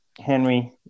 Henry